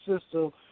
system